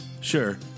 Sure